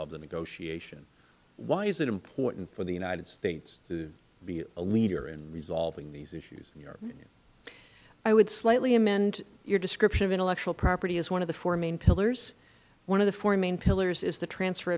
of the negotiation why is it important for the united states to be a leader in resolving these issues in your opinion ms haverkamp i would slightly amend your description of intellectual property as one of the four main pillars one of the four main pillars is the transfer